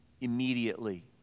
immediately